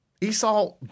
Esau